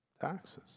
Taxes